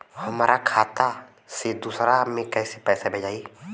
हमरा खाता से दूसरा में कैसे पैसा भेजाई?